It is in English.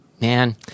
man